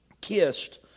kissed